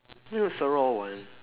mm it's the raw one